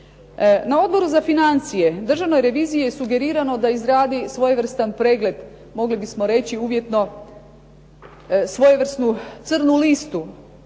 Na Odboru za financije Državnoj reviziji je sugerirano da izradi svojevrstan pregled, mogli bismo reći uvjetno svojevrsnu crnu listu